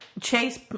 Chase